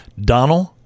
Donald